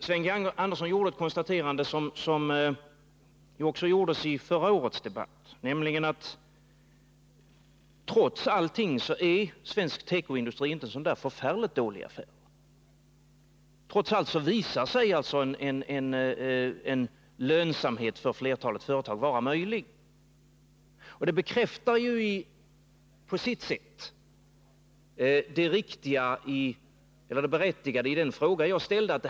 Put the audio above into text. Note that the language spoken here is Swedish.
Sven G. Andersson gjorde ett konstaterande som också gjordes i förra årets debatt, nämligen att svensk tekoindustri trots allt inte är någon så förfärligt dålig affär. Trots allt visar sig en lönsamhet vara möjlig för flertalet företag. Det bekräftar på sitt sätt det berättigade i den fråga jag ställde.